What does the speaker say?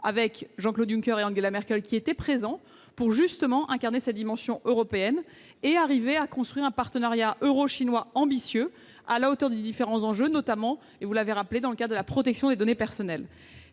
de Jean-Claude Juncker et d'Angela Merkel pour incarner cette dimension européenne et arriver à construire un partenariat eurochinois ambitieux, à la hauteur des différents enjeux, notamment, comme vous l'avez rappelé, en matière de protection des données personnelles.